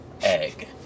egg